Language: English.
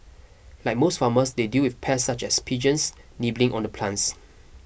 like most farmers they deal with pests such as pigeons nibbling on the plants